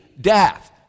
death